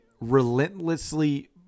relentlessly